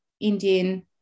Indian